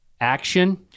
action